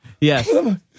Yes